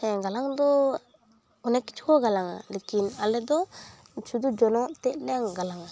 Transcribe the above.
ᱦᱮᱸ ᱜᱟᱞᱟᱝᱫᱚ ᱚᱱᱮᱠ ᱠᱤᱪᱷᱩᱠᱚ ᱜᱟᱞᱟᱝ ᱟ ᱞᱤᱠᱤᱱ ᱟᱞᱮᱫᱚ ᱥᱩᱫᱩ ᱡᱚᱱᱚᱜᱛᱮᱫ ᱞᱮ ᱜᱟᱞᱟᱝ ᱟ